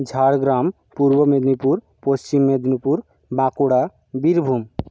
Jhargram Purba Medinipur Paschim Medinipur Bankura Birbhum